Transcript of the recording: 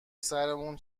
سرمون